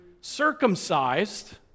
circumcised